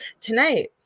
tonight